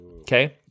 Okay